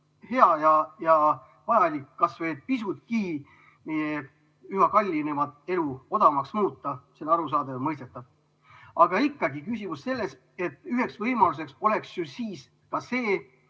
hea ja vajalik, et kas või pisutki üha kallinevat elu odavamaks muuta. See on arusaadav ja mõistetav. Aga ikkagi on küsimus selles, et üks võimalus oleks ju siis ka see,